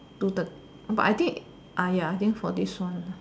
do the but I think uh ya I think for this one